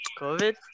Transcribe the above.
COVID